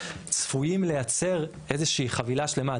צפויים לייצר איזושהי חבילה שלמה.